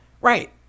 right